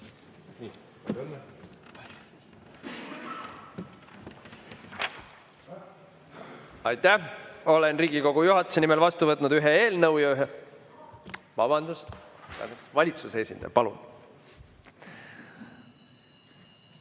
Aitäh! Olen Riigikogu juhatuse nimel vastu võtnud ühe eelnõu ja ühe ... Vabandust! Valitsuse esindaja, palun!